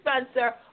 Spencer